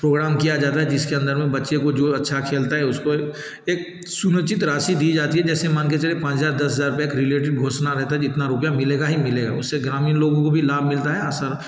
programme किया जाता है जिस के अंदर में बच्चे को जो अच्छा खेलता है उसको एक सुनिश्चित राशि दी जाता है जैसे मान के चलिए पाँच हज़ार दस हज़ार रुपये का रिलेटेड घोषणा रहता है जितना रुपया मिलेगा ही मिलेगा उससे ग्रामीण लोगों को भी लाभ मिलता है असल